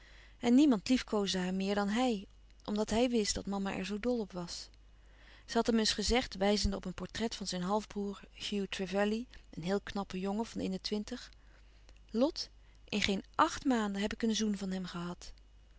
en niemand liefkoosde haar meer dan hij omdat hij wist dat mama er zoo dol op was ze had hem eens gezegd wijzende op een portret van zijn halfbroêr hugh trevelley een heel knappe jongen van in de twintig lot in geen àcht maanden heb ik een zoen van hem gehad